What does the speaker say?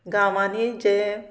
गांवांनी जे